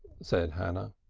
said hannah.